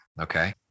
okay